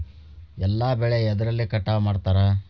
ಎಲ್ಲ ಬೆಳೆ ಎದ್ರಲೆ ಕಟಾವು ಮಾಡ್ತಾರ್?